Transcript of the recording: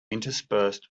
interspersed